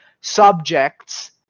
Subjects